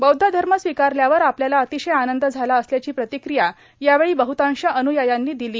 बौद्ध धर्म स्वीकारल्यावर आपल्याला अतिशय आनंद झाला असल्याची प्रतिक्रिया यावेळी बह्तांश अन्यायांनि दिली